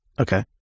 Okay